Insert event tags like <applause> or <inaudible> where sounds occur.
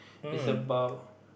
is about <breath>